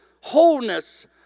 Wholeness